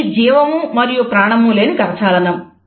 ఇది జీవము మరియు ప్రాణము లేని కరచాలనం